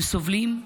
הם סובלים,